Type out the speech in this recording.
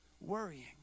worrying